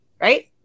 right